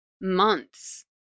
months